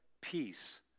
peace